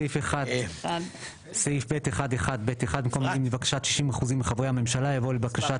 בסעיף 1(ב1)(1)(ב)(1) במקום 'לבקשת 60% מחברי הממשלה' יבוא 'לבקשת